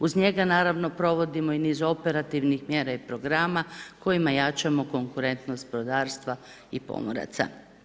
Uz njega naravno provodimo i niz operativnih mjera i programa kojima jačamo konkurentnost brodarstva i pomoraca.